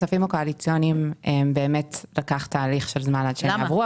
לכספים קואליציוניים לוקח זמן עד שהם מועברים.